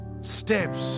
Steps